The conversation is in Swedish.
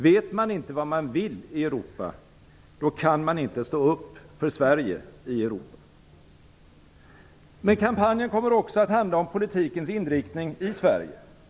Vet man inte vad man vill i Europa, då kan man inte stå upp för Sverige i Europa. Kampanjen kommer också att handla om politikens inriktning i Sverige.